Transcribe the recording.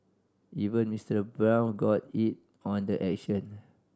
even Mister Brown got in on the action